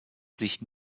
sich